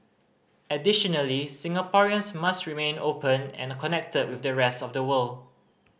additionally Singaporeans must remain open and connected with the rest of the world